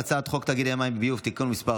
ההצבעה: 12 בעד, לפרוטוקול, בתוספת